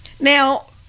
now